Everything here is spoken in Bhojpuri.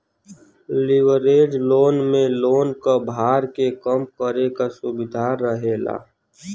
लिवरेज लोन में लोन क भार के कम करे क सुविधा रहेला